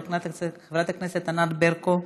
חברת הכנסת ענת ברקו,